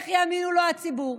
איך יאמינו לו הציבור?